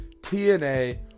TNA